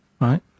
right